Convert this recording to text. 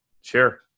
sure